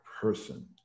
person